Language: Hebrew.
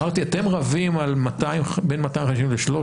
אמרתי, אתם רבים על בין 250 ל-300?